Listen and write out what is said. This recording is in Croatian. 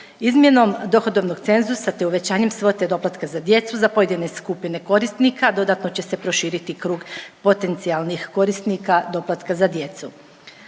Izmjenom dohodovnog cenzusa te uvećanjem svote doplatka za djecu za pojedine skupine korisnika dodatno će se proširiti krug potencijalnih korisnika doplatka za djecu.